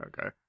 Okay